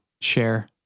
share